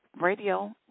radio